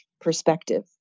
perspective